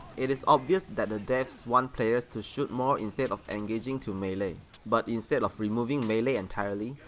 it's obvious that the devs want players to shoot more instead of engaging to melee but instead of removing melee entirely,